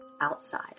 outside